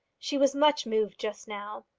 she was much moved just now.